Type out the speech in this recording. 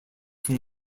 from